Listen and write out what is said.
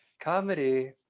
Comedy